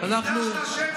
קידשת שם שמיים ברבים.